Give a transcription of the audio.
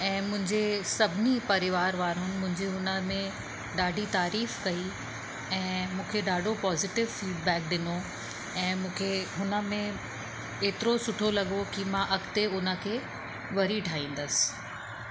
ऐं मुंहिंजे सभिनी परिवार वारनि मुंहिंजी हुन में ॾाढी तारीफ़ कई ऐं मूंखे ॾाढो पॉज़िटिव फ़ीडबैक ॾिनो ऐं मूंखे हुन में एतिरो सुठो लॻो कि मां अॻिते उन खे वरी ठाहींदसि